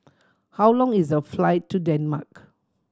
how long is the flight to Denmark